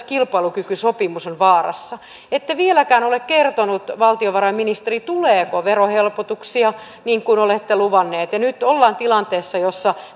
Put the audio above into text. kilpailukykysopimus on vaarassa ette vieläkään ole kertonut valtiovarainministeri tuleeko verohelpotuksia niin kuin olette luvanneet ja nyt ollaan tilanteessa jossa